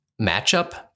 matchup